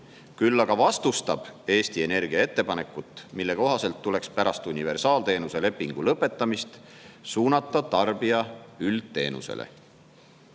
Küll aga vastustab Eesti Energia [KM-i] ettepanekut, mille kohaselt tuleks pärast universaalteenuse lepingu lõpetamist suunata tarbija üldteenusele.